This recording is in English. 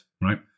right